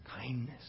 kindness